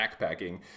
backpacking